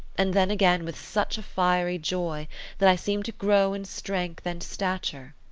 and then again with such a fiery joy that i seemed to grow in strength and stature,